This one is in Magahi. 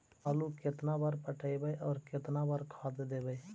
आलू केतना बार पटइबै और केतना बार खाद देबै?